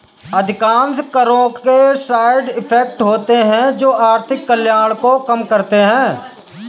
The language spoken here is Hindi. अधिकांश करों के साइड इफेक्ट होते हैं जो आर्थिक कल्याण को कम करते हैं